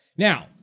Now